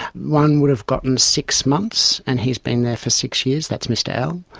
one would have gotten six months and he's been there for six years, that's mr l.